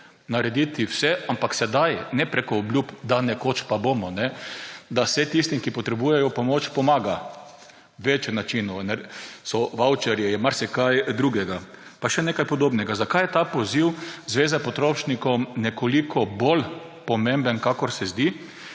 Narediti vse, ampak sedaj; ne preko obljub, da nekoč pa bomo, da se tistim, ki potrebujejo pomoč, pomaga. Več je načinov – so vavčerji, je marsikaj drugega. Pa še nekaj podobnega. Zakaj je ta poziv Zveze potrošnikov nekoliko bolj pomemben, kakor se zdi?